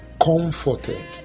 comforted